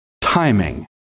timing